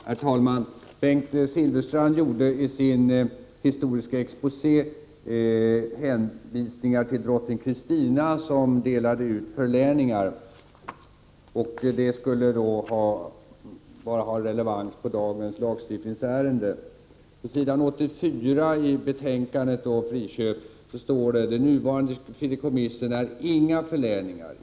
Herr talman! Bengt Silfverstrand gjorde i sin historiska exposé hänvisningar till drottning Kristina som delade ut förläningar. Det skulle då ha relevans i dagens lagstiftningsärende. De nuvarande fideikommissen är inga förläningar.